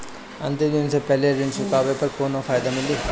अंतिम दिन से पहले ऋण चुकाने पर कौनो फायदा मिली?